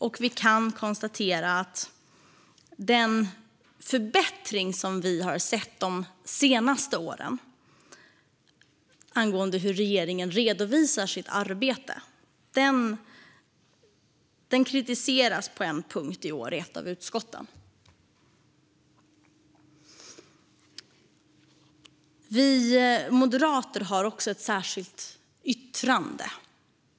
Vi kan även konstatera att den förbättring som vi har sett de senaste åren angående hur regeringen redovisar sitt arbete i år kritiseras på en punkt i ett av utskotten. Vi moderater har ett särskilt yttrande.